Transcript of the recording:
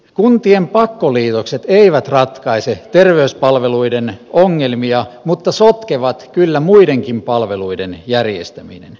kuntien pakkoliitokset eivät ratkaise terveyspalveluiden ongelmia mutta sotkevat kyllä muidenkin palveluiden järjestämisen